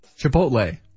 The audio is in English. Chipotle